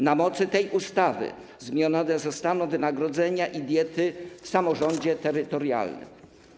Na mocy tej ustawy zmienione zostaną wynagrodzenia i diety w samorządzie terytorialnym.